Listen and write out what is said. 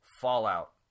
Fallout